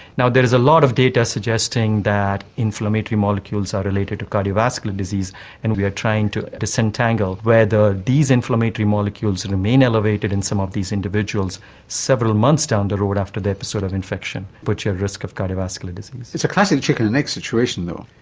now, there is a lot of data suggesting that inflammatory molecules are related to cardiovascular disease and we are trying to disentangle whether these inflammatory molecules and remain elevated in some of these individuals several months down the road after the episode of infection puts you at risk of cardiovascular disease. it's a classic chicken-and-egg situation though.